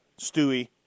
Stewie